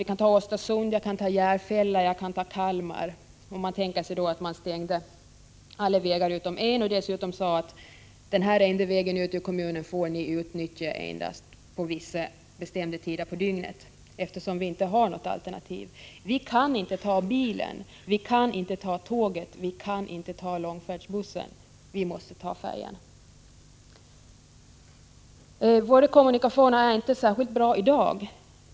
Vi kan ta Östersund, Järfälla eller Kalmar. Tänk er att mani dessa kommuner stängde alla vägar utom en och dessutom sade att den här enda vägen ut ur kommunen får ni utnyttja endast vissa bestämda tider på dygnet! Vi på Gotland har nämligen inte något alternativ. Vi kan inte ta bilen, vi kan inte ta tåget, vi kan inte ta långfärdsbussen. Vi måste ta färjan. Våra kommunikationer är inte särskilt bra i dag.